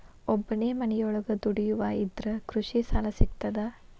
ಒಬ್ಬನೇ ಮನಿಯೊಳಗ ದುಡಿಯುವಾ ಇದ್ರ ಕೃಷಿ ಸಾಲಾ ಸಿಗ್ತದಾ?